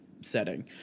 setting –